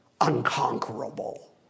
unconquerable